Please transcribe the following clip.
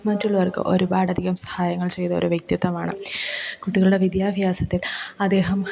മറ്റുള്ളവർക്ക് ഒരുപാടധികം സഹായങ്ങൾ ചെയ്ത ഒരു വ്യക്തിത്വമാണ് കുട്ടികളുടെ വിദ്യാഭ്യാസത്തിൽ അദ്ദേഹം